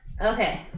okay